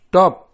Stop